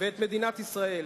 ואת מדינת ישראל.